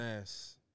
ass